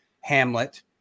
hamlet